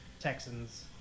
Texans